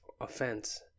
offense